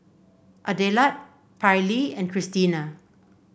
Adelard Pairlee and Christina